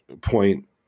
point